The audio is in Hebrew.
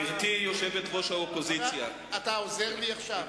אתה עוזר לי עכשיו?